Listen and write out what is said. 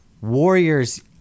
Warriors